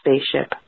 Spaceship